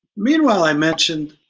meanwhile i mentioned,